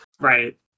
Right